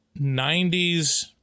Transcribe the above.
90s